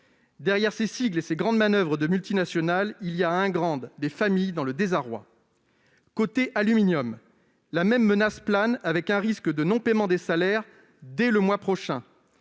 Derrière ces sigles et ces grandes manoeuvres de multinationales, il y a, à Ingrandes, des familles dans le désarroi. Côté aluminium, la même menace plane avec un risque de non-paiement des salaires dès le mois prochain.